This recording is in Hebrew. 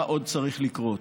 מה עוד צריך לקרות?